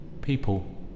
people